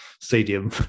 stadium